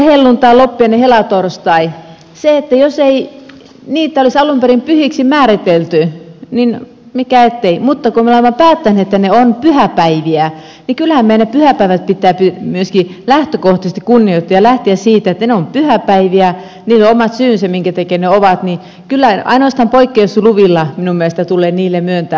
helluntai loppiainen helatorstai jos ei niitä olisi alun perin pyhiksi määritelty niin mikä ettei mutta kun me olemme päättäneet että ne ovat pyhäpäiviä niin kyllähän meidän niitä pyhäpäiviä pitää myöskin lähtökohtaisesti kunnioittaa ja lähteä siitä että ne ovat pyhäpäiviä niillä on omat syynsä minkä takia ne ovat niin kyllä ainoastaan poikkeusluvilla minun mielestä tulee niille myöntää